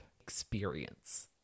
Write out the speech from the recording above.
experience